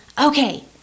Okay